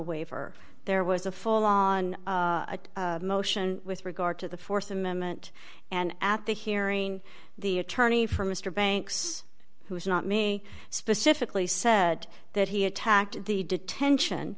waiver there was a full on motion with regard to the th amendment and at the hearing the attorney for mr banks who is not me specifically said that he attacked the detention